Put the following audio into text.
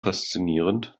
faszinierend